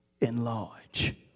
enlarge